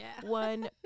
one